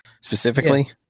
Specifically